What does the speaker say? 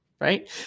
right